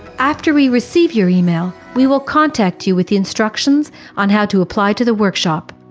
after we receive your email, we will contact you with the instructions on how to apply to the workshop.